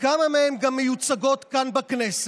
וכמה מהן גם מיוצגות כאן בכנסת,